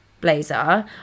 blazer